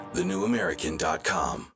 thenewamerican.com